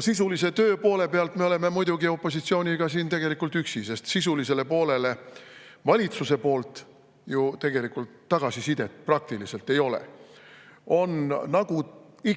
Sisulise töö poole pealt on muidugi opositsioon siin tegelikult üksi, sest sisulisele poolele valitsuselt tagasisidet ju praktiliselt ei ole. On, nagu ikka